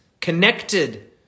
connected